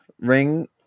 Ring